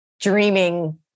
dreaming